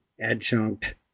adjunct